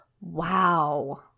Wow